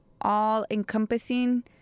all-encompassing